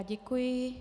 Děkuji.